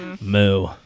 Moo